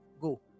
go